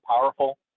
powerful